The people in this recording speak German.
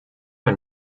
ein